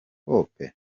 hope